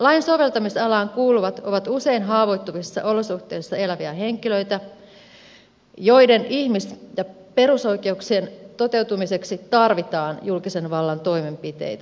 lain soveltamisalaan kuuluvat ovat usein haavoittuvissa olosuhteissa eläviä henkilöitä joiden ihmis ja perusoikeuksien toteutumiseksi tarvitaan julkisen vallan toimenpiteitä